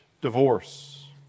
divorce